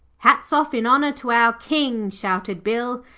hats off in honour to our king shouted bill,